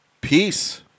Peace